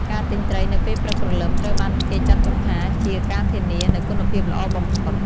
ការទិញត្រី នៅពេលព្រឹកព្រលឹមត្រូវបានគេចាត់ទុកថាជា ការធានា នូវគុណភាពល្អបំផុត។